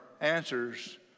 answers